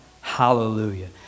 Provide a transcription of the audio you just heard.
Hallelujah